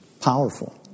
Powerful